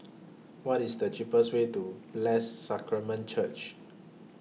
What IS The cheapest Way to Blessed Sacrament Church